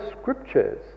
Scriptures